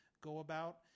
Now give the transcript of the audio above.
go-about